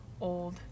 old